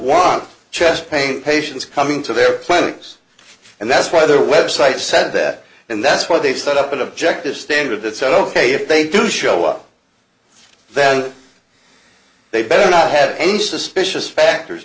want chest pain patients coming to their findings and that's why their website said that and that's why they set up an objective standard that said ok if they do show up then they better not have any suspicious factors